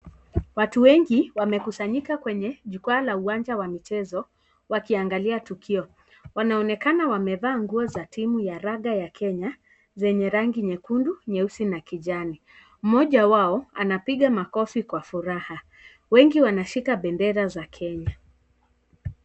Watu wengi wamekusanyika kwenye jukwaa la uwanja wa mchezo wakiangalia tukio, wanaonekana wamevaa nguo za timu ya raga ya Kenya zenye rangi nyekundu, nyeusi na kijani, mmoja wao anapiga makofi kwa furaha, wengi wanashika bendera za Kenya.